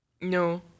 No